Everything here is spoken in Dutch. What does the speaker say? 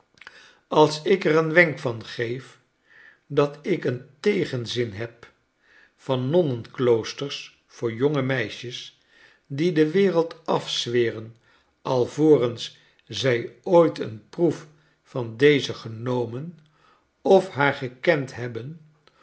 als ik er een wenk van geef dat ik een tegenzin heb van nonnenkloosters voor jonge meisjes die de wereld afzweren alvorens zij ooit een proef van deze genomen of haar gekend hebben